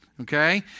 okay